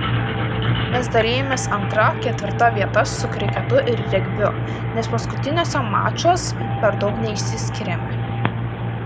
mes dalijamės antra ketvirta vietas su kriketu ir regbiu nes paskutiniuose mačuos per daug neišsiskyrėme